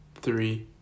three